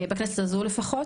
בכנסת הזו לפחות,